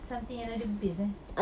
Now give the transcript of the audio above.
something yang dah ada base eh